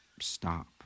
stop